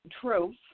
truth